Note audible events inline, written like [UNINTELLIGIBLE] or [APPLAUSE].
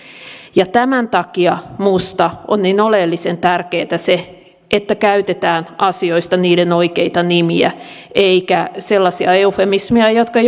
tämän takia minusta on niin oleellisen tärkeätä se että käytetään asioista niiden oikeita nimiä eikä sellaisia eufemismeja jotka [UNINTELLIGIBLE]